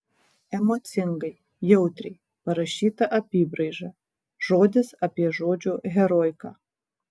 emocingai jautriai parašyta apybraiža žodis apie žodžio heroiką